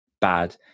bad